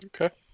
Okay